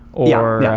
or yeah,